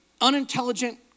unintelligent